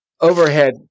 overhead